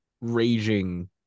raging